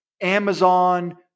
Amazon